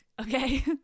okay